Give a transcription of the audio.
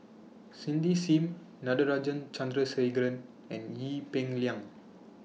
Cindy SIM Natarajan Chandrasekaran and Ee Peng Liang